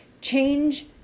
change